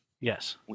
Yes